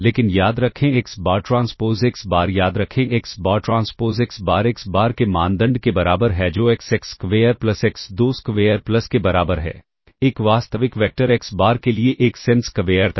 लेकिन याद रखें x bar transpose x bar याद रखें x bar transpose x bar x bar के मानदंड के बराबर है जो x 1 square plus x 2 square plus के बराबर है एक वास्तविक वेक्टर एक्स बार के लिए एक्स n स्क्वेयर तक